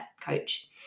coach